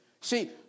See